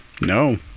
No